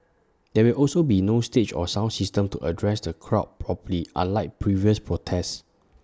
there will also be no stage or sound system to address the crowd properly unlike previous protests